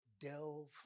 delve